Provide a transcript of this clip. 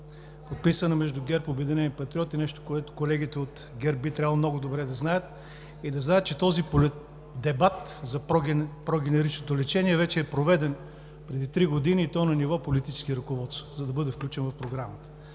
подписана между ГЕРБ и „Обединени патриоти“, което колегите от ГЕРБ би трябвало много добре да знаят и да знаят, че този дебат за прогенеричното лечение вече е проведен преди три години, и то на ниво политически ръководства, за да бъде включено в Програмата.